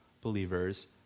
believers